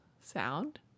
sound